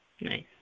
Nice